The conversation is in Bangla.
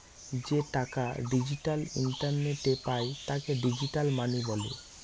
যে টাকা ডিজিটাল ইন্টারনেটে পায় তাকে ডিজিটাল মানি বলে